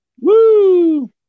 Woo